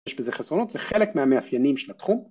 ‫יש בזה חסרונות, ‫זה חלק מהמאפיינים של התחום.